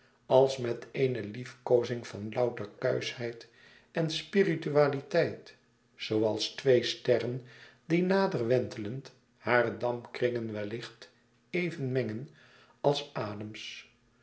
als met eene liefkozing van louter kuischheid en spiritualiteit zooals twee sterren die nader wentelend hare dampkringen wellicht even mengen als adems